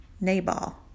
Nabal